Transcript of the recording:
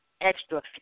extra